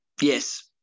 yes